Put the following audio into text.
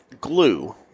glue